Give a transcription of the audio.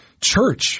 church